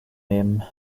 nehmen